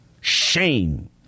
Shame